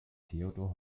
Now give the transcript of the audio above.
theodor